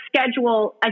schedule